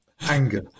Anger